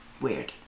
weird